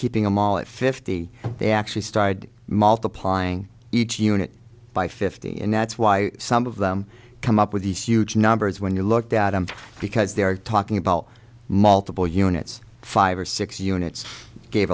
keeping them all at fifty they actually started multiplying each unit by fifty and that's why some of them come up with these huge numbers when you looked at them because they are talking about multiple units five or six units gave